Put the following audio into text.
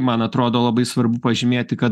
man atrodo labai svarbu pažymėti kad